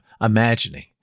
imagining